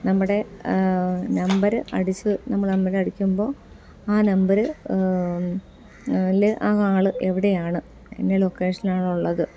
നമ്മടെ നമ്പര് അടിച്ചു നമ്മൾ നമ്മുടെ അടിക്കുമ്പോൾ ആ നമ്പറിൽ ആ ആൾ എവിടെയാണ് എൻ്റെ ലൊക്കേഷനാണ് ഉള്ളത്